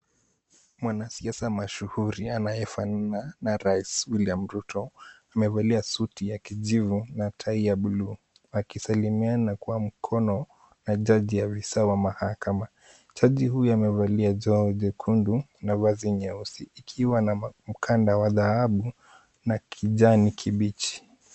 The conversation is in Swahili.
Mwanasiasa mashuhuri anayefanana na Rais William Ruto, amevalia suti ya kijivu na tai ya bluu, akisalimiana kwa mkono na jaji afisa wa mahakama. Jaji huyu amevalia joho jekundu na vazi nyeusi, ikiwa na mkanda wa dhahabu na kijani kibichi.